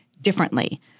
differently